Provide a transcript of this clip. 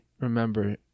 remember